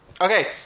Okay